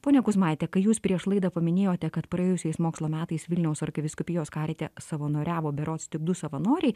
ponia kuzmaite kai jūs prieš laidą paminėjote kad praėjusiais mokslo metais vilniaus arkivyskupijos karite savanoriavo berods tik du savanoriai